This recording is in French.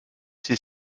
ces